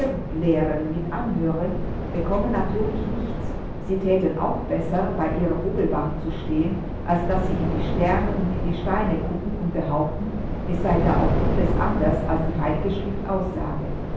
mit anhören bekommen natürlich nichts sie thäten auch besser bei ihrer hobelbank zu stehen als daß sie in die sterne und in die steine gucken und behaupten es sei da auch vieles anders als die heilige schrift aussage